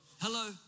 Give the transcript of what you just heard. Hello